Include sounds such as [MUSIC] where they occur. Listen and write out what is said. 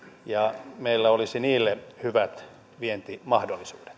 ja meillä olisi niille hyvät vientimahdollisuudet [UNINTELLIGIBLE]